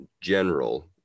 general